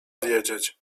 wiedzieć